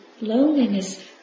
loneliness